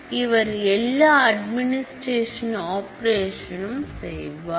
இவர் எல்லா அட்மினிஸ்ட்ரேஷன் செய்வார்